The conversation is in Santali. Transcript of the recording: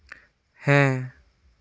ᱦᱮᱸ